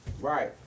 Right